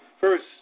first